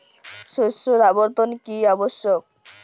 শস্যের আবর্তন কী আবশ্যক?